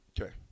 Okay